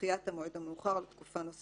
לדעת מה חווה אישה